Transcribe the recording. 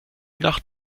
nach